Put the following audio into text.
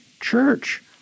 church